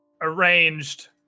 arranged